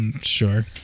Sure